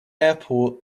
airport